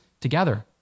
together